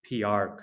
PR